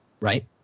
Right